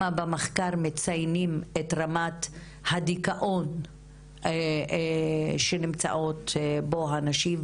במחקר הזה מציינים את רמת הדיכאון שבו נמצאות הנשים,